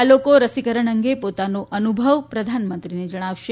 આ લોકો રસીકરણ અંગે પોતાનો અનુભવ પ્રધાનમંત્રીને જણાવશે